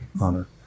Honor